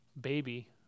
Baby